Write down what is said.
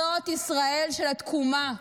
זו ישראל של התקומה,